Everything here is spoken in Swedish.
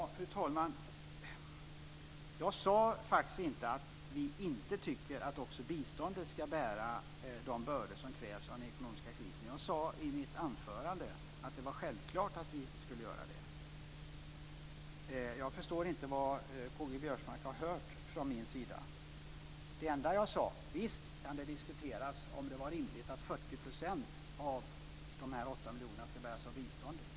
Fru talman! Jag sade faktiskt inte att vi inte tycker att också biståndet ska bära de bördor som krävs för att lösa den ekonomiska krisen. Jag sade i mitt anförande att det var självklart att det skulle göra det. Jag förstår inte var K-G Biörsmark har hört det. Det enda jag sade var att det kan diskuteras om det var rimligt att 40 % av dessa 8 miljoner ska bäras av biståndet.